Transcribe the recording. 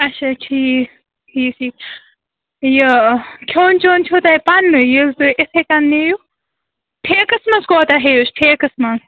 اَچھا ٹھیٖک ٹھیٖک ٹھیٖک یہِ کھٮ۪ون چٮ۪ون چھُوا تۄہہِ پَنٕنُے ییٚلہِ تُہۍ یِتھٕے کٔنۍ نِیِو ٹھیکَس مَنٛز کوتاہ ہیٚہوٗس ٹھیکَس مَنٛز